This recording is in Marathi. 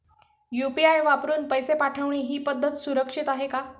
यु.पी.आय वापरून पैसे पाठवणे ही पद्धत सुरक्षित आहे का?